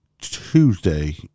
Tuesday